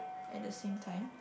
at the same time